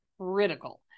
critical